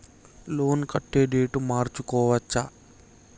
Loan కట్టే date మార్చుకోవచ్చా?